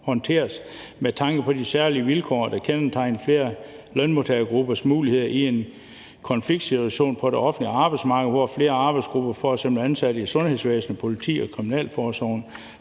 håndteres med tanke på de særlige vilkår, der kendetegner flere lønmodtagergruppers muligheder i en konfliktsituation på det offentlige arbejdsmarked, hvor flere arbejdsgrupper, f.eks. ansatte i sundhedsvæsenet, politiet og Kriminalforsorgen,